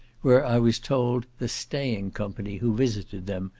where i was told the staying company who visited them,